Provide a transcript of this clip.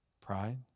Pride